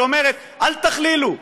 שאומרת: אל תכלילו,